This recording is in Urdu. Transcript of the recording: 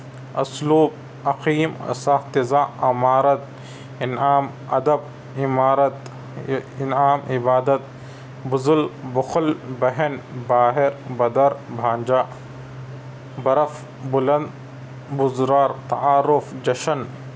اسلوب عظیم سخت زا عمارت انعام ادب عمارت انعام عبادت بخل بخل بہن باہر بدر بھانجا برف بُلند بزرگ تعارف جشن